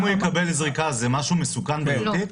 אבל אם הוא יקבל זריקה, זה משהו מסוכן בריאותית?